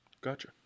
Gotcha